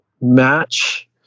match